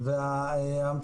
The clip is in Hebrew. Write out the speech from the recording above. זאת עובדה.